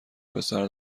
پسر